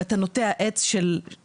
ואתה נוטע עץ צעיר,